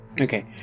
Okay